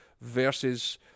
versus